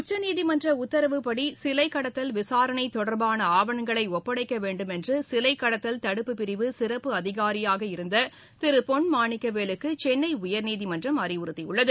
உச்சநீதிமன்ற உத்தரவுப்படி சிலை கடத்தல் விசாரணைத் தொடர்பான ஆவணங்களை ஒப்படைக்க வேண்டும் என்று சிலைக்கடத்தல் தடுப்புப்பிரிவு சிறப்பு அதிகாரியாக இருந்த திரு பொன் மாணிக்கவேலுக்கு சென்னை உயர்நீதிமன்றம் அறிவுறுத்தியுள்ளது